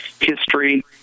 history